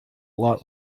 lot